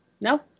No